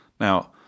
Now